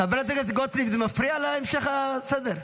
חברת הכנסת גוטליב, זה מפריע להמשך הסדר.